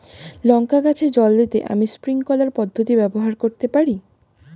লঙ্কা গাছে জল দিতে আমি স্প্রিংকলার পদ্ধতি ব্যবহার করতে পারি?